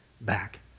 back